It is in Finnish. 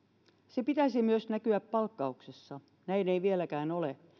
sen pitäisi myös näkyä palkkauksessa näin ei vieläkään ole